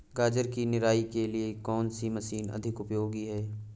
गाजर की निराई के लिए कौन सी मशीन अधिक उपयोगी है?